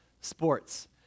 sports